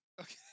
Okay